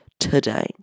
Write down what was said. today